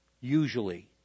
Usually